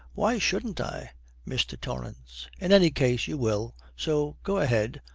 why shouldn't i mr. torrance. in any case you will so go ahead,